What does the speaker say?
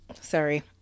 Sorry